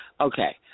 Okay